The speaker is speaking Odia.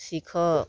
ଶିଖ